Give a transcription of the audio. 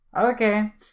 okay